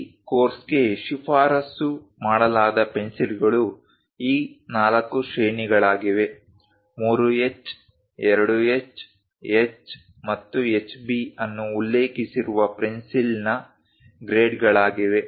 ಈ ಕೋರ್ಸ್ಗೆ ಶಿಫಾರಸು ಮಾಡಲಾದ ಪೆನ್ಸಿಲ್ಗಳು ಈ ನಾಲ್ಕು ಶ್ರೇಣಿಗಳಾಗಿವೆ 3H 2H H ಮತ್ತು HB ಅನ್ನು ಉಲ್ಲೇಖಿಸಿರುವ ಪೆನ್ಸಿಲ್ನ ಗ್ರೇಡ್ಗಳಾಗಿವೆ